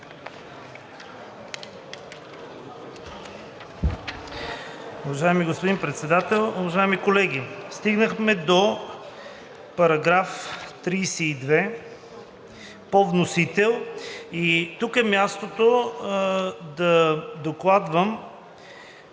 Уважаеми господин Председател, уважаеми колеги! Стигнахме до § 32 по вносител. И тук е мястото да докладвам,